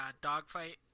dogfight